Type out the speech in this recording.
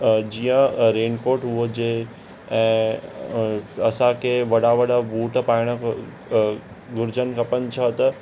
जीअं रेनकोट हुजे ऐं असांखे वॾा वॾा बूट पाइणु घुरिजनि खपनि छो त